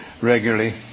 regularly